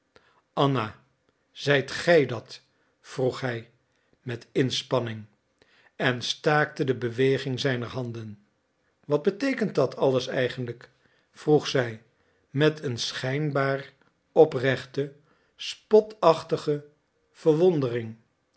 anna zijt gij dat vroeg hij met inspanning en staakte de beweging zijner handen wat beteekent dat alles eigenlijk vroeg zij met een schijnbaar oprechte spotachtige verwondering